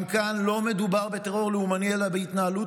גם כאן לא מדובר בטרור לאומני אלא בהתנהלות